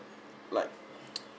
like